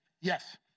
yes